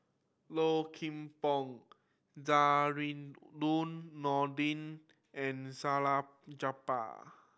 Low Kim Pong Zainudin Nordin and Salleh Japar